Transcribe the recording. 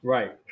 Right